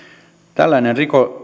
tällainen